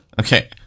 okay